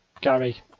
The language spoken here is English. Gary